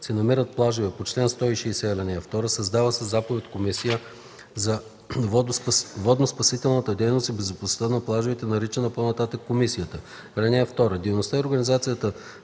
се намират плажове по чл. 160, ал. 2, създава със заповед комисия за водноспасителната дейност и безопасността на плажовете, наричана по-нататък „комисията”. (2) Дейността и организацията